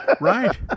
Right